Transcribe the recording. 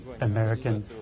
American